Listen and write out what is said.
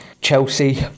Chelsea